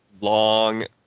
long